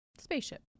Spaceship